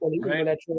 right